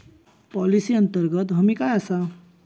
Policy अंतर्गत हमी काय आसा?